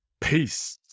Peace